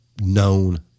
known